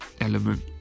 element